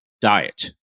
diet